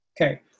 Okay